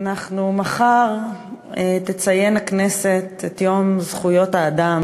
מחר תציין הכנסת את יום זכויות האדם